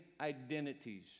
identities